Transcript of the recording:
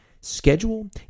schedule